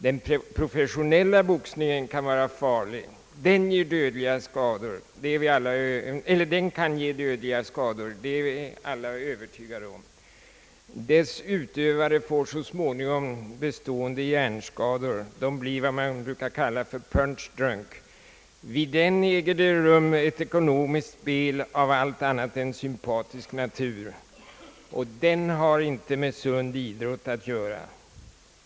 Den professionella boxningen kan vara farlig och ge dödliga skador, det är alla övertygade om. Dess utövare får så småningom bestående hjärnskador; de blir vad man brukar kalla punch drunk. Inom den professionella boxningen äger det rum ett ekonomiskt spel av allt annat än sympatisk natur, och utövningen har inte med sund idrott att göra.